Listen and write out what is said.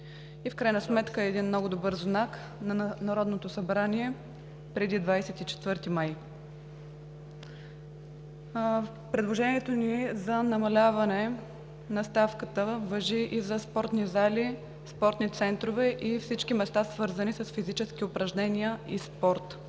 и в крайна сметка е един много добър знак на Народното събрание преди 24 май. Предложението ни за намаляване на ставката важи и за спортни зали, спортни центрове и всички места, свързани с физически упражнения и спорт.